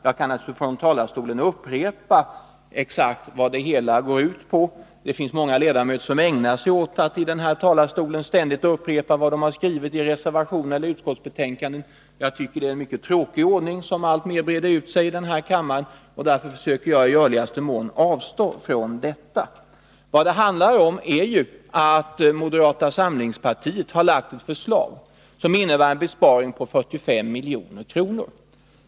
Jag kan naturligtvis här i talarstolen upprepa vad det hela går ut på — det finns många ledamöter som ägnar sig åt att i den här talarstolen ständigt och jämt upprepa vad de har skrivit i reservationer och utskottsbetänkanden. Men eftersom jag tycker att detta är en tråkig ordning, som alltmer breder ut sig i kammaren, försöker jag i görligaste mån avstå från detta. Vad det handlar om är ju att moderata samlingspartiet har lagt fram ett förslag som, om det genomförs, innebär en besparing med 45 milj.kr.